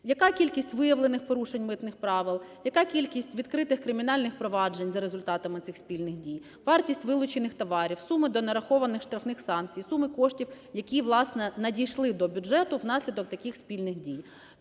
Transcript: яка кількість виявлених порушень митних правил, яка кількість відкритих кримінальних проваджень за результатами цих спільних дій, вартість вилучених товарів, суми донарахованих штрафних санкцій, суми коштів, які, власне, надійшли до бюджету внаслідок таких спільних дій?